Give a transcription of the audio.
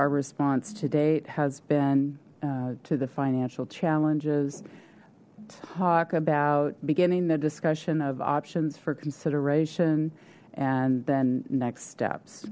our response to date has been to the financial challenges talk about beginning the discussion of options for consideration and then next steps